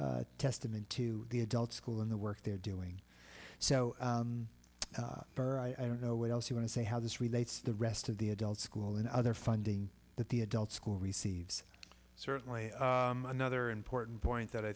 a testament to the adult school in the work they're doing so i don't know what else you want to say how this relates to the rest of the adult school and other funding that the adult school receives certainly another important point that i